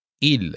il